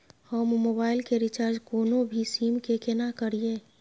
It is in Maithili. हम मोबाइल के रिचार्ज कोनो भी सीम के केना करिए?